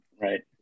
Right